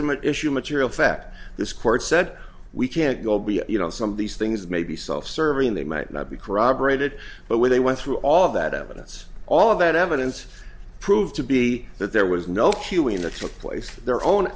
raise an issue material fact this court said we can't go be you know some of these things may be self serving they might not be corroborated but when they went through all of that evidence all of that evidence proved to be that there was no